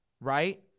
Right